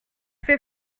fait